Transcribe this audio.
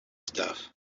stuff